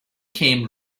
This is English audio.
came